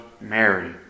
Mary